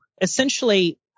essentially